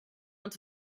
out